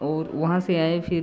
और वहाँ से आए फिर